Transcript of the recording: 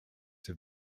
have